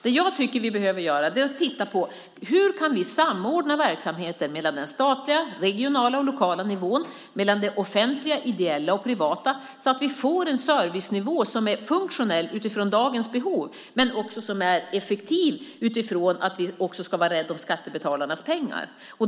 Det som jag tycker att vi behöver göra är att titta på hur vi kan samordna verksamheten mellan den statliga, regionala och lokala nivån och mellan det offentliga, ideella och privata nivån så att vi får en servicenivå som är funktionell utifrån dagens behov men som också är effektiv utifrån att vi också ska vara rädda om skattebetalarnas pengar.